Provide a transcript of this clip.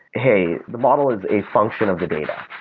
hey, the model is a function of the data.